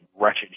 wretched